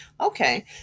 Okay